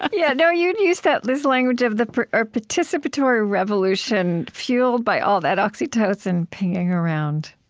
ah yeah. now you used that this language of the ah participatory revolution fueled by all that oxytocin pinging around.